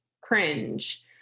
cringe